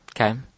Okay